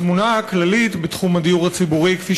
התמונה הכללית בתחום הדיור הציבורי כפי